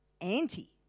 anti-